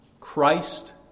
Christ